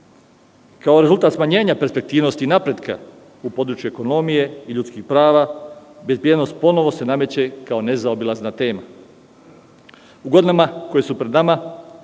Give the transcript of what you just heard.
Kao rezultat smanjenja perspektivnosti i napretka u području ekonomije i ljudskih prava, bezbednost ponovo se nameće kao nezaobilazna tema. U godinama koje su pred nama